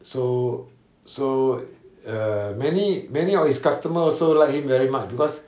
so so err many many of his customers also liked him very much because